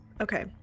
Okay